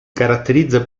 caratterizza